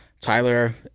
Tyler